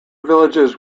villages